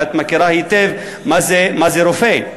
ואת מכירה היטב מה זה רופא,